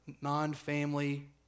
non-family